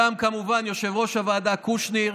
כמובן גם יושב-ראש הוועדה קושניר,